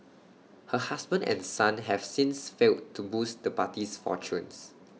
her husband and son have since failed to boost the party's fortunes